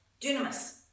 dunamis